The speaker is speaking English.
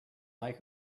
like